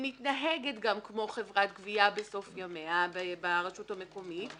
-- שהיא מתנהגת כמו חברת גבייה בסוף ימיה ברשות המקומית,